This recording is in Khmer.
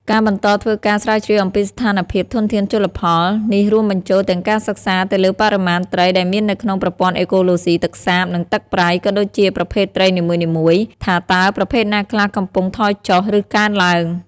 ការបន្តធ្វើការស្រាវជ្រាវអំពីស្ថានភាពធនធានជលផល នេះរួមបញ្ចូលទាំងការសិក្សាទៅលើបរិមាណត្រីដែលមាននៅក្នុងប្រព័ន្ធអេកូឡូស៊ីទឹកសាប និងទឹកប្រៃ ក៏ដូចជាប្រភេទត្រីនីមួយៗ ថាតើប្រភេទណាខ្លះកំពុងថយចុះ ឬកើនឡើង។